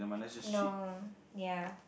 no ya